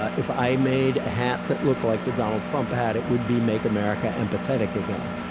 ah if i made a hat that looked like the donald trump hat, it would be, make america empathetic again.